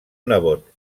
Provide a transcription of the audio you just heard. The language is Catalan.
nebot